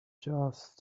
just